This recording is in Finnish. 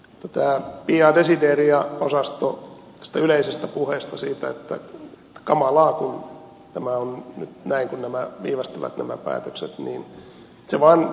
tämä pia desideria osasto tästä yleisestä puheesta siitä että kamalaa kun tämä on nyt näin kun nämä päätökset viivästyvät vaan jatkuu